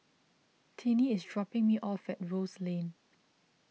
Tiney is dropping me off at Rose Lane